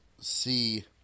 see